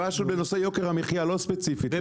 משהו בנושא יוקר המחיה לא ספציפית,